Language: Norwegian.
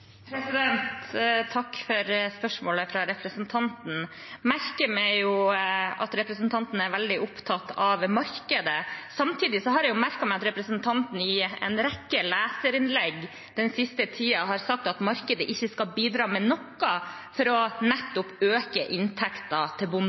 Takk for spørsmålet fra representanten. Jeg merker meg at representanten er veldig opptatt av markedet. Samtidig har jeg merket meg at representanten i en rekke leserinnlegg den siste tiden har sagt at markedet ikke skal bidra med noe for å